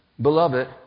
Beloved